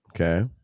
Okay